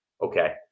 Okay